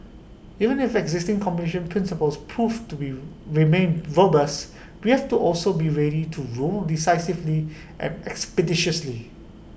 even if existing competition principles prove to remain robust we have to also be ready to rule decisively and expeditiously